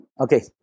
Okay